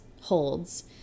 holds